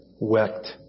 wept